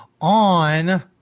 on